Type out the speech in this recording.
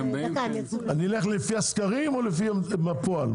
אני אלך לפי הסקרים או בפועל,